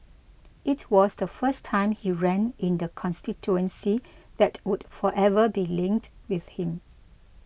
it was the first time he ran in the constituency that would forever be linked with him